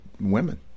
women